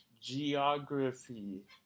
Geography